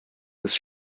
ist